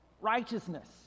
righteousness